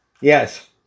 Yes